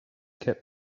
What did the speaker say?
kept